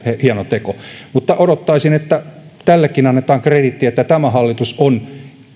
hieno teko mutta odottaisin että tällekin annetaan krediittiä että tämä hallitus on